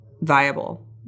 viable